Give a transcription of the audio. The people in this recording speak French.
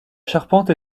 charpente